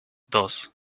dos